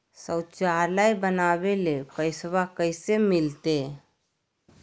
शौचालय बनावे ले पैसबा कैसे मिलते?